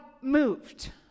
moved